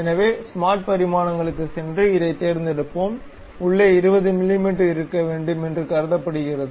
எனவே ஸ்மார்ட் பரிமாணங்கள் சென்று இதைத் தேர்ந்தெடுப்போம் உள்ளே 20 மிமீ இருக்க வேண்டும் என்று கருதப்படுகிறது